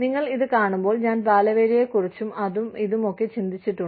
നിങ്ങൾ ഇത് കാണുമ്പോൾ ഞാൻ ബാലവേലയെ കുറിച്ചും അതും ഇതുമൊക്കെ ചിന്തിച്ചിട്ടുണ്ട്